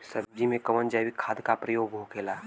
सब्जी में कवन जैविक खाद का प्रयोग होखेला?